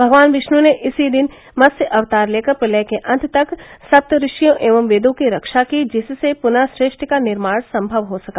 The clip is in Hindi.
भगवान विष्णु ने इसी दिन मत्स्य अवतार लेकर प्रलय के अंत तक सप्त ऋषियों एवं वेदों की रक्षा की जिससे पुनः सृष्टि का निर्माण सम्मव हो सका